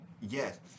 Yes